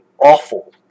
awful